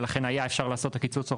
ולכן היה אפשר לעשות את הקיצוץ הרוחבי,